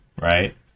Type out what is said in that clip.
right